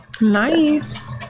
Nice